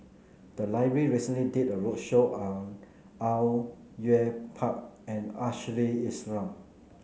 the library recently did a roadshow on Au Yue Pak and Ashley Isham